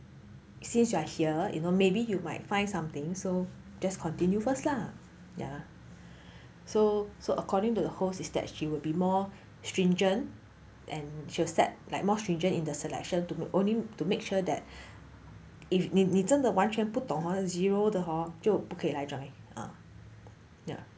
since you are here you know maybe you might find something so just continue first lah ya so so according to the host is that she would be more stringent and she set like more stringent in the selection to only to make sure that if 你你真的完全不懂 zero 的 hor 就不可以来 join ah ya